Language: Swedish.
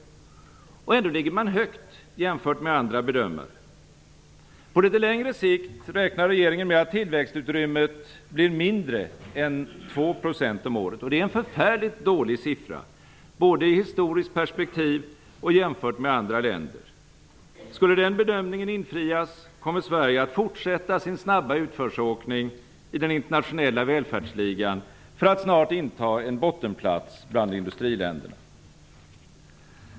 Ändå ligger man högt jämfört med andra bedömare. På litet längre sikt räknar regeringen med att tillväxtutrymmet blir mindre än 2 % om året. Det är en förfärligt dålig siffra både i historiskt perspektiv och jämfört med andra länder. Skulle den bedömningen visa sig vara riktig, kommer Sverige att fortsätta sin snabba utförsåkning i den internationella välfärdsligan för att snart inta en bottenplats bland industriländerna.